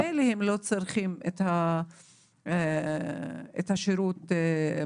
מילא הם לא צריכים את השירות בארץ,